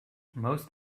most